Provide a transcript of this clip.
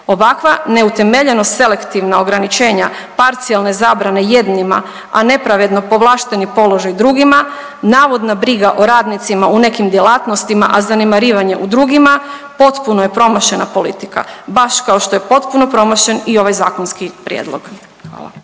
Ovakva neutemeljeno selektivna ograničenje, parcijalne zabrane jednima, a nepravedno povlašteni položaj drugima navodna briga o radnicima u nekim djelatnostima, a zanemarivanje u drugima potpuno je promašena politika baš kao što je potpuno promašen i ovaj zakonski prijedlog.